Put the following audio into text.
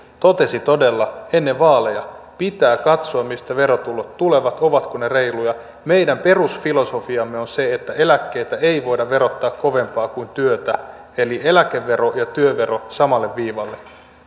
totesi todella ennen vaaleja pitää katsoa mistä verotulot tulevat ovatko ne reiluja meidän perusfilosofiamme on se että eläkkeitä ei voida verottaa kovempaa kuin työtä eli eläkevero ja työvero samalle viivalle